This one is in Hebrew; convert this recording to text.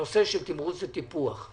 הנושא של תמרוץ וטיפוח.